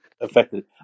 affected